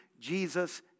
Jesus